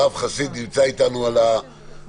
הרב חסיד נמצא אתנו בזום,